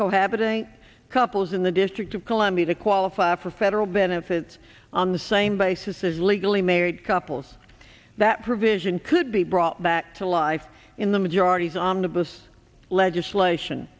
cohabiting couples in the district of columbia to qualify for federal benefits on the same basis as legally married couples that provision could be brought back to life in the majority's omnibus led isla